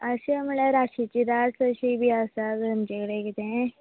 अशें म्हळ्यार राशीची रास बीन आसा तुमचे कडेन कितें